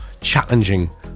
challenging